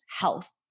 health